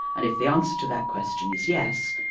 and if the answer to that question is yes,